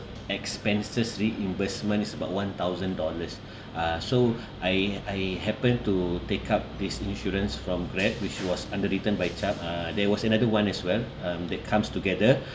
expenses reimbursement is about one thousand dollars uh so I I happen to take up this insurance from grab which was underwritten by Chubb uh there was another one as well um that comes together